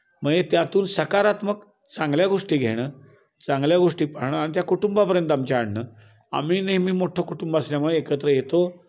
म्हणजे त्यातून सकारात्मक चांगल्या गोष्टी घेणं चांगल्या गोष्टी पाहणं आणि त्या कुटुंबापर्यंत आमच्या आणणं आम्ही नेहमी मोठं कुटुंब असल्यामुळे एकत्र येतो